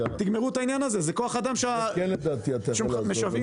תגמרו את העניין הזה, זה כוח אדם שמשוועים לו.